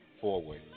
forward